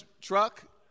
truck